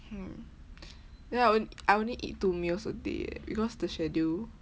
mm then I on~ I only eat two meals a day eh because the schedule